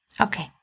Okay